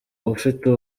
ufite